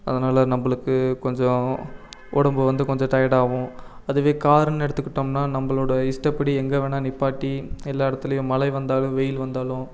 அதனால் நம்பளுக்கு கொஞ்சம் உடம்பு வந்து கொஞ்சம் டயட் ஆவும் அதுவே காருன்னு எடுத்துக்கிட்டோம்னா நம்பளோட இஷ்டப்படி எங்கே வேணா நிப்பாட்டி எல்லா இடத்துலையும் மழை வந்தாலும் வெயில் வந்தாலும்